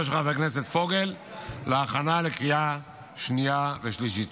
של חבר הכנסת פוגל להכנה לקריאה שנייה ושלישית.